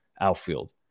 outfield